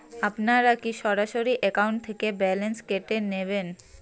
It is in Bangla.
আপনারা কী সরাসরি একাউন্ট থেকে টাকা কেটে নেবেন?